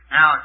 Now